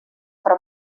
però